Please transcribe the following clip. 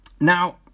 Now